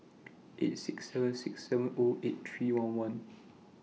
eight six seven six seven O eight three one one